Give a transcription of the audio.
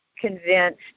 convinced